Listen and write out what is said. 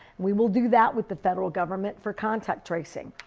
we will do that with the federal government for contact tracing.